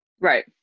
Right